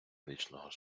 вічного